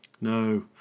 No